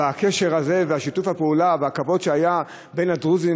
בקשר הזה ושיתוף הפעולה והכבוד שהיו בין הדרוזים